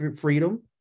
freedom